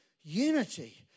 unity